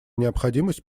необходимость